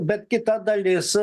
bet kita dalis